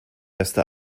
erste